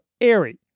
airy